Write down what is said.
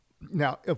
Now